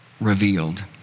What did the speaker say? revealed